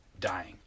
dying